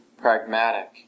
pragmatic